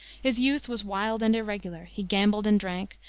his youth was wild and irregular he gambled and drank,